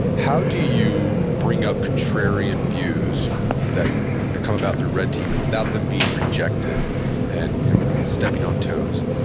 how do you bring up contrarian views that that come about through red teaming without them being rejected and you know stepping on toes?